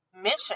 mission